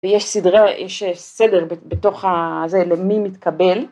ויש סדר בתוך זה למי מתקבל.